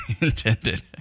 intended